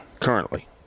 currently